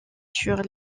sur